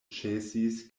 ĉesis